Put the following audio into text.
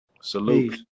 Salute